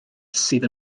sydd